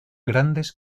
grandes